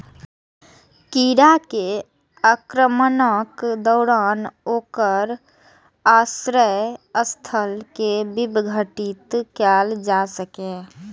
कीड़ा के आक्रमणक दौरान ओकर आश्रय स्थल कें विघटित कैल जा सकैए